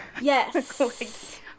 Yes